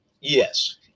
Yes